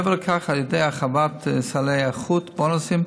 מעבר לכך, על ידי הרחבת סלי האיכות, בונוסים